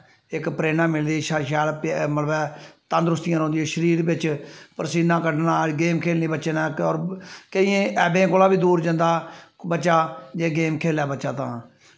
इक प्रेरणा मिलदी शैल मतलव ऐ तंदरुस्तियां रौंह्दियां शरीर बिच्च परसीन्ना क'ड्डना हर गेम खेढनी हर इक बच्चे नै केंईयें ऐबें कोला बी दूर जंदा बच्चा जे गेम खेल्लै बच्चा तां